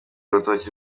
urutoki